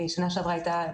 שנה שעברה הייתה,